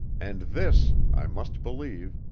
and this, i must believe,